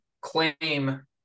claim